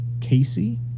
Casey